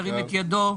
ירים את ידו.